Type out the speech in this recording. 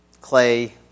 clay